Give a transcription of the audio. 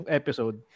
episode